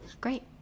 Great